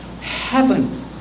heaven